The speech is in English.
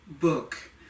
book